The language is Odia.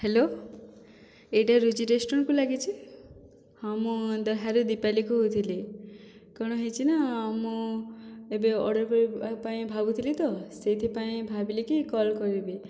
ହ୍ୟାଲୋ ଏଇଟା ରୁଚି ରେଷ୍ଟୁରାଣ୍ଟକୁ ଲାଗିଛି ହଁ ମୁଁ ଦହ୍ୟାରୁ ଦୀପାଲି କହୁଥିଲି କଣ ହେଇଛି ନା ମୁଁ ଏବେ ଅର୍ଡ଼ର କରିବା ପାଇଁ ଭାବୁଥିଲି ତ ସେଥିପାଇଁ ଭାବିଲି କି କଲ୍ କରିବି